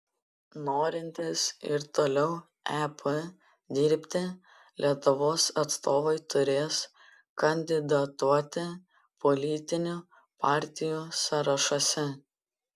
norintys ir toliau ep dirbti lietuvos atstovai turės kandidatuoti politinių partijų sąrašuose